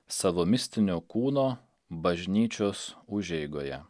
savo mistinio kūno bažnyčios užeigoje